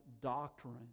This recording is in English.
doctrine